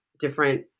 different